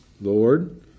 Lord